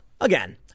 again